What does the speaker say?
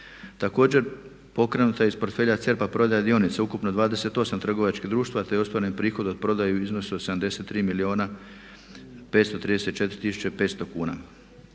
Također, pokrenuta je iz portfelja CERP-a prodaja dionica ukupno 28 trgovačkih društava te je ostvaren prihod od prodaje u iznosu od 73 milijuna